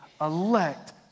elect